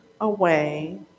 away